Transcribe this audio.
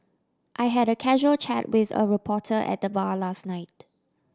I had a casual chat with a reporter at the bar last night